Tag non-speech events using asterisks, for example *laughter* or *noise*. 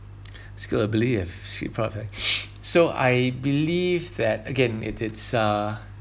*noise* skill I believe sh~ proud have *noise* so I believe that again it is uh